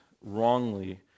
wrongly